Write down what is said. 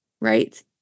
right